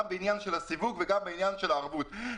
גם בעניין הסיווג וגם בעניין הערבות.